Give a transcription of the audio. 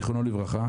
זכרונו לברכה,